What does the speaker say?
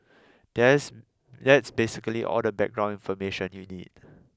there's that's basically all the background information you need